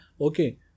Okay